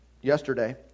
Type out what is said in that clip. yesterday